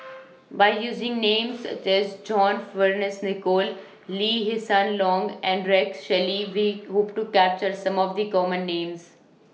By using Names such as John Fearns Nicoll Lee Hsien Loong and Rex Shelley We Hope to capture Some of The Common Names